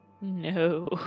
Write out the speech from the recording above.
no